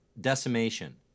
decimation